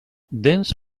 dents